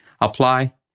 apply